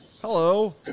hello